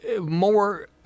more